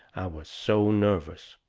was so nervous.